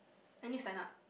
I need sign up